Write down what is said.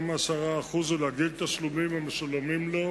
מ-10% ולהגדיל את התשלומים המשולמים לו,